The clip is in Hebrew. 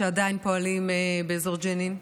שעדיין פועלים באזור ג'נין.